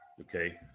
Okay